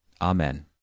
Amen